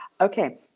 Okay